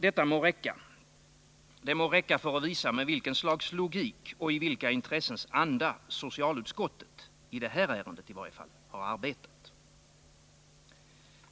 Detta må räcka. Det må räcka för att visa med vilket slags logik och i vilka intressens anda socialutskottet i det här ärendet i varje fall har arbetat.